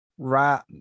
right